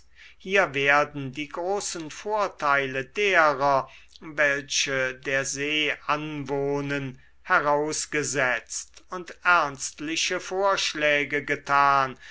hier werden die großen vorteile derer welche der see anwohnen herausgesetzt und ernstliche vorschläge getan